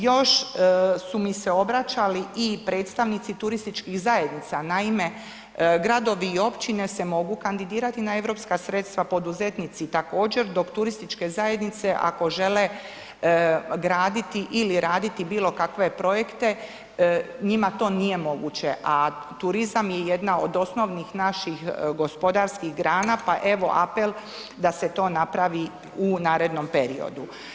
Još su mi se obraćali i predstavnici turističkih zajednica, naime gradovi i općine se mogu kandidirati na europska sredstva, poduzetnici također dok turističke zajednice ako žele graditi ili raditi bilo kakve projekte njima to nije moguće, a turizam je jedna od osnovnih naših gospodarskih grana, pa evo apel da se to napravi u narednom periodu.